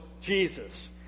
Jesus